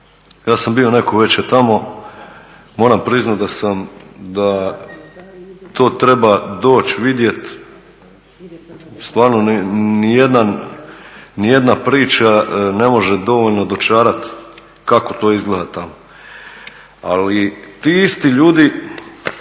Ja sam bio neku večer tamo, moram priznati da sam, da to treba doći vidjeti, stvarno ni jedna priča ne može dovoljno dočarati kako to izgleda tamo. Ali ti isti ljudi